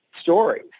stories